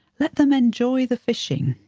let them enjoy the fishing